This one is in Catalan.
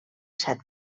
set